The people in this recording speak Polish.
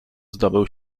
zdobył